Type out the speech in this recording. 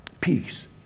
peace